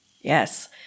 Yes